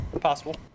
possible